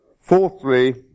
Fourthly